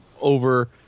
over